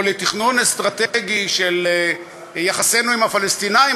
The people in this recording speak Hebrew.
או לתכנון אסטרטגי של יחסינו עם הפלסטינים,